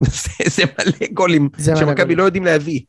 זה מלא גולים שמכבי לא יודעים להביא.